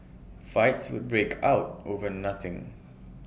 fights would break out over nothing